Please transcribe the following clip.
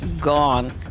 gone